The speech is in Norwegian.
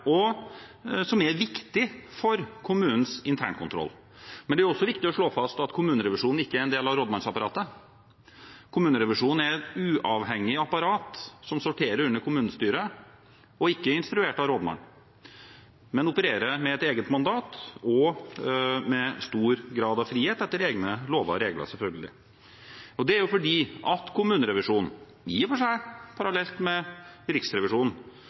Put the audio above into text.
og som er viktig for kommunens internkontroll. Det er også viktig å slå fast at kommunerevisjonen ikke er en del av rådmannsapparatet. Kommunerevisjonen er et uavhengig apparat, som sorterer under kommunestyret. Kommunerevisjonen er ikke instruert av rådmannen, men opererer med et eget mandat og med stor grad av frihet, etter egne lover og regler, selvfølgelig. Det er fordi kommunerevisjonen – i og for seg parallelt med Riksrevisjonen